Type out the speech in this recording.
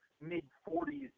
mid-40s